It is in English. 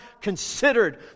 considered